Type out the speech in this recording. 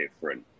different